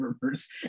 rumors